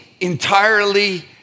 entirely